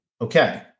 okay